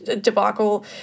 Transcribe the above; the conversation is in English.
debacle